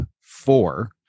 four